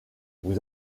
vous